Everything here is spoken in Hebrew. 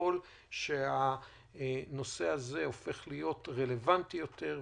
ככל שהנושא הזה הופך להיות רלוונטי יותר,